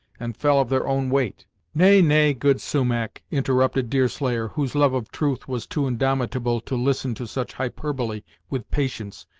and fell of their own weight nay nay good sumach, interrupted deerslayer, whose love of truth was too indomitable to listen to such hyperbole with patience,